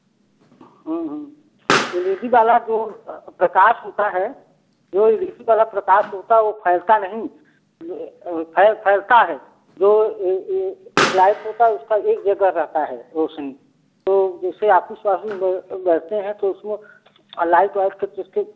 हाँ हाँ L E D वाला जो प्रकाश होता है वो एल ई डी वाला प्रकाश होता है वो फैलता नहीं फ़ैल फैलता है जो ट्यूब लाइट होता है उसका एक जगह रहता है रोशनी तो जैसे आफिस वाफिस में बैठते हैं तो उसमें लाइट वाइट का जिसके